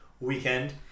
weekend